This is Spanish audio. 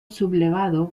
sublevado